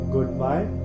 Goodbye